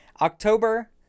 October